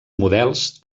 models